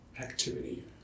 activity